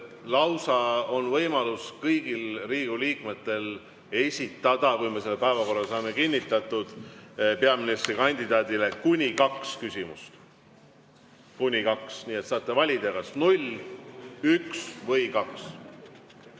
Lausa on võimalus kõigil Riigikogu liikmetel esitada, kui me selle päevakorra saame kinnitatud, peaministrikandidaadile kuni kaks küsimust. Kuni kaks! Nii et te saate valida: kas null, üks või